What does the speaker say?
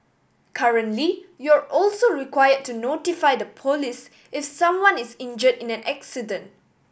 currently you're also require to notify the police if someone is injure in an accident